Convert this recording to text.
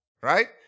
right